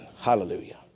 Hallelujah